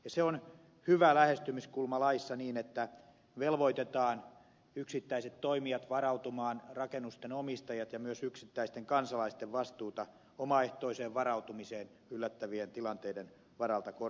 se on hyvä lähestymiskulma laissa että velvoitetaan yksittäiset toimijat varautumaan rakennusten omistajat ja myös yksittäisten kansalaisten vastuuta omaehtoiseen varautumiseen yllättävien tilanteiden varalta korostetaan